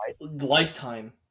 lifetime